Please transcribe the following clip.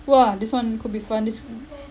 !wah! this [one] could be fun this [one]